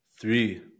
three